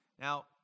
Now